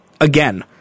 again